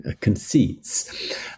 conceits